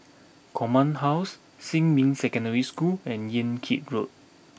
Command House Xinmin Secondary School and Yan Kit Road